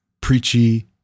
preachy